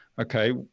Okay